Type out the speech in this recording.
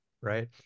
Right